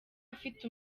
afite